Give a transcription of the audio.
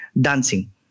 dancing